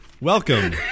welcome